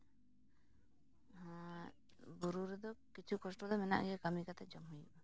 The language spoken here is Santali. ᱚᱱᱟ ᱵᱩᱨᱩ ᱨᱮᱫᱚ ᱠᱤᱪᱷᱩ ᱠᱚᱥᱴᱚ ᱫᱚ ᱢᱮᱱᱟᱜ ᱜᱮᱭᱟ ᱠᱟᱹᱢᱤ ᱠᱟᱛᱮ ᱡᱚᱢ ᱦᱩᱭᱩᱜᱼᱟ